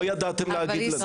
לא יעדתם לענות.